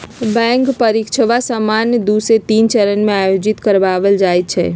bank परीकछा सामान्य दू से तीन चरण में आयोजित करबायल जाइ छइ